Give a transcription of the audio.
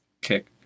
Kick